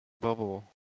bubble